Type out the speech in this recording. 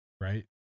right